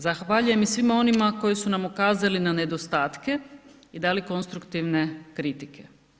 Zahvaljujem i svima onima koji su nam ukazali na nedostatke i dali konstruktivne kritike.